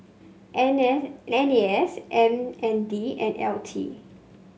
N S N A S M N D and L T